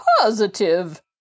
Positive